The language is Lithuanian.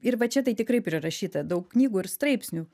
ir va čia tai tikrai prirašyta daug knygų ir straipsnių